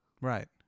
Right